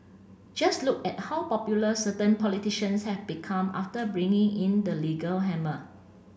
just look at how popular certain politicians have become after bringing in the legal hammer